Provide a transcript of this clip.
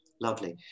lovely